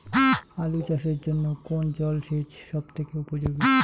আলু চাষের জন্য কোন জল সেচ সব থেকে উপযোগী?